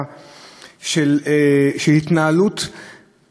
זה חלק מהגישה המרכזית